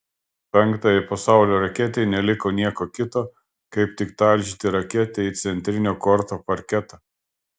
penktajai pasaulio raketei neliko nieko kito kaip tik talžyti raketę į centrinio korto parketą